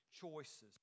choices